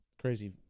Crazy